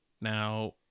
now